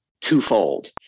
twofold